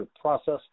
process